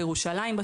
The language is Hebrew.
בירושלים,